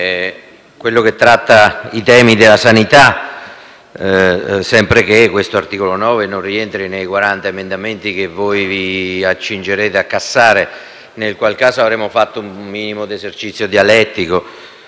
quello che tratta i temi della sanità, sempre che non rientri nei 40 emendamenti che voi vi accingete a cassare, nel qual caso avremo fatto un minimo di esercizio dialettico.